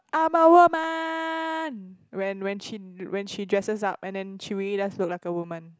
I'm a woman when when she when she dresses up and she really does look like a woman